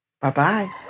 Bye-bye